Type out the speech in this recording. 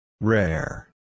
Rare